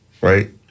Right